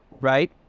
right